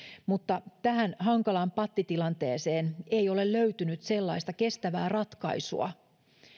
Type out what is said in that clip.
mutta tähän hankalaan pattitilanteeseen ei ole löytynyt sellaista kestävää ratkaisua